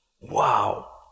Wow